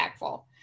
impactful